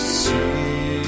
see